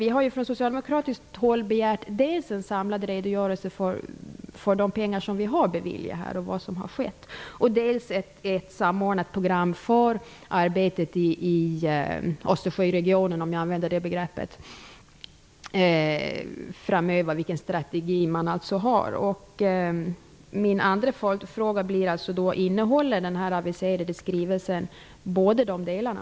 Vi har från socialdemokratiskt håll begärt dels en samlad redogörelse för vad som har skett med de pengar som har beviljats, dels ett samordnat program för arbetet i Östersjöregionen, om jag använder det begreppet, vilken strategi man alltså har. Min andra följdfråga blir därför: Innehåller den aviserade skrivelsen båda de delarna?